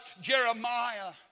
Jeremiah